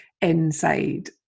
inside